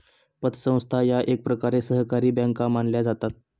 पतसंस्था या एकप्रकारे सहकारी बँका मानल्या जातात